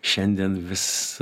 šiandien vis